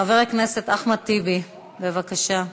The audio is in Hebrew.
חבר הכנסת אחמד טיבי, בבקשה.